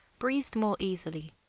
breathed more easily.